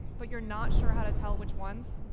but you're not sure how to tell which ones?